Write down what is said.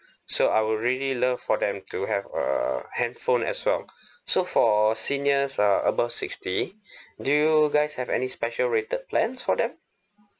so I would really love for them to have a handphone as well so for seniors uh above sixty do you guys have any special rated plans for them